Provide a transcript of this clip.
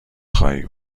خواهی